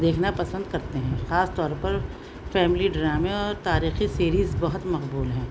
دیکھنا پسند کرتے ہیں خاص طور پر فیملی ڈرامے اور تاریخی سیریز بہت مقبول ہیں